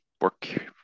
work